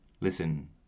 Listen